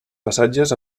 passatges